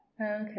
Okay